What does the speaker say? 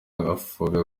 avuga